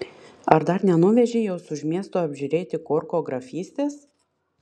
ar dar nenuvežei jos už miesto apžiūrėti korko grafystės